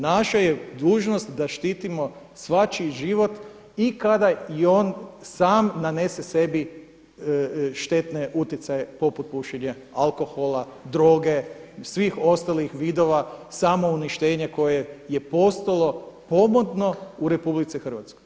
Naša je dužnost da štitimo svačiji život i kada i on sam nanese sebi štetne utjecaje poput pušenja, alkohola, droge, svih ostalih vidova samouništenja koje je postalo pomodno u RH.